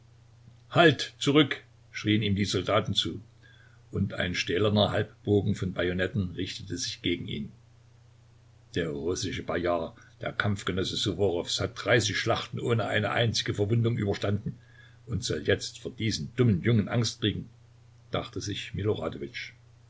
halt zurück schrien ihm die soldaten zu und ein stählerner halbbogen von bajonetten richtete sich gegen ihn der russische bayard der kampfgenosse ssuworows hat dreißig schlachten ohne eine einzige verwundung überstanden und soll jetzt vor diesen dummen jungen angst kriegen dachte sich